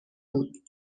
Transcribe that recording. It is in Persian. بود